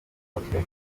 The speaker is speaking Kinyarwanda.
mutwe